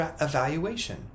evaluation